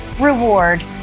reward